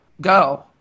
go